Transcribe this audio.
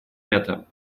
это